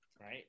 right